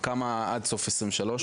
כמה עד סוף 2023?